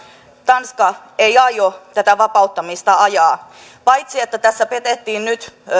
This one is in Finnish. tanska ei aio tätä vapauttamista ajaa paitsi että tässä petettiin nyt